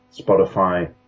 Spotify